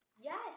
yes